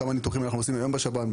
כמה ניתוחים אנחנו עושים היום בשב"ן,